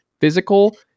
physical